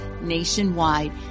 nationwide